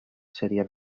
seria